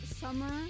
summer